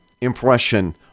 impression